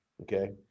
okay